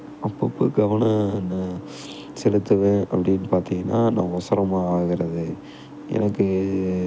அப்பப்போ கவனம் நான் செலுத்துவேன் அப்படின்னு பார்த்திங்கன்னா நான் உசரமா ஆகுவது எனக்கு